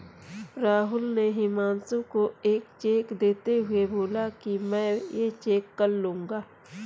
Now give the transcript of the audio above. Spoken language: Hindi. राहुल ने हुमांशु को एक चेक देते हुए बोला कि मैं ये चेक कल लूँगा